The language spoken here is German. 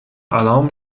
alarm